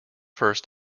first